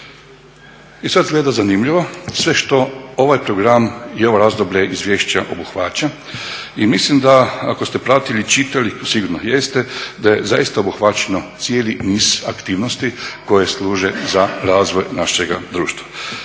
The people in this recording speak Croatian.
I sada slijedi zanimljivo, sve što ovaj program i ovo razdoblje izvješća obuhvaća i mislim ako ste pratili, čitali sigurno jeste, da je zaista obuhvaćeno cijeli niz aktivnosti koje služe za razvoj našega društva.